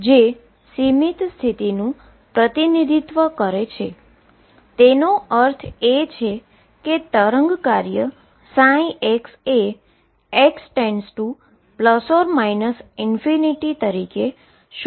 જે બાઉન્ડ સ્ટેટનું પ્રતિનિધિત્વ કરે છે તેનો અર્થ એ કે વેવ ફંક્શન ψ એ x →±∞ તરીકે 0 પર જવું જોઈએ